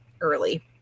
early